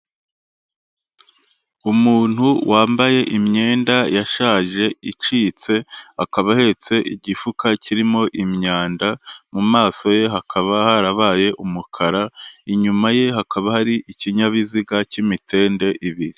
Umuntu wambaye imyenda yashaje icitse akaba ahetse igifuka kirimo imyanda, mu maso ye hakaba harabaye umukara, inyuma ye hakaba hari ikinyabiziga cy'imitende ibiri.